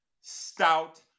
stout